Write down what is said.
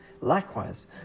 likewise